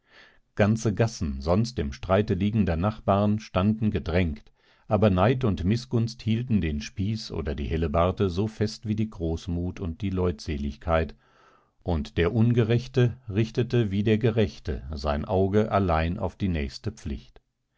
ganze gassen sonst im streite liegender nachbaren standen gedrängt aber neid und mißgunst hielten den spieß oder die helebarte so fest wie die großmut und die leutseligkeit und der ungerechte richtete wie der gerechte sein auge allein auf die nächste pflicht